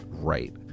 right